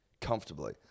Comfortably